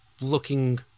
looking